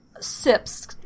SIPS